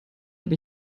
habe